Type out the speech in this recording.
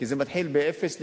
כי זה מתחיל באפס ונגמר,